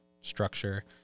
structure